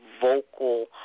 vocal